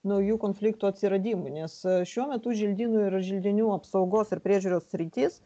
naujų konfliktų atsiradimui nes šiuo metu želdynų ir želdinių apsaugos ir priežiūros sritis